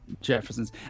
Jefferson's